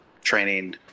training